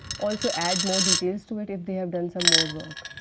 also add more details to it if they have done some more work,